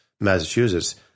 Massachusetts